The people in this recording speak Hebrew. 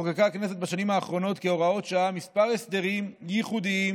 חוקקה הכנסת בשנים האחרונות בהוראות שעה כמה הסדרים ייחודיים